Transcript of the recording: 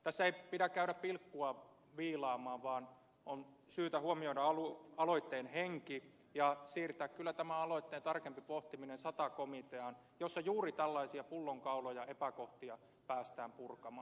tässä ei pidä käydä pilkkua viilaamaan vaan on syytä huomioida aloitteen henki ja siirtää kyllä tämä aloitteen tarkempi pohtiminen sata komiteaan jossa juuri tällaisia pullonkauloja epäkohtia päästään purkamaan